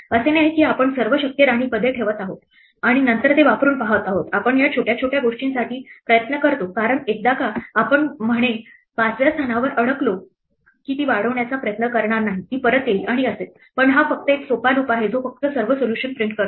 असे नाही की आपण सर्व शक्य राणी पदे ठेवत आहोत आणि नंतर ते वापरून पाहत आहोत आपण छोट्या छोट्या गोष्टींसाठी प्रयत्न करतो कारण एकदा आपण म्हणे 5 व्या स्थानावर अडकलो की ती वाढवण्याचा प्रयत्न करणार नाही ती परत येईल आणि असेच पण हा फक्त एक सोपा लूप आहे जो फक्त सर्व सोल्युशन प्रिंट करतो